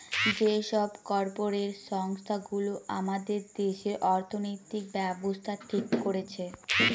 যে সব কর্পরেট সংস্থা গুলো আমাদের দেশে অর্থনৈতিক ব্যাবস্থা ঠিক করছে